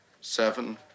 seven